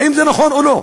האם זה נכון, או לא?